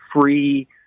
free